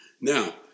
Now